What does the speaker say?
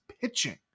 pitching